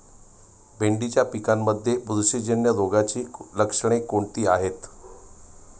भेंडीच्या पिकांमध्ये बुरशीजन्य रोगाची लक्षणे कोणती आहेत?